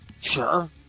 sure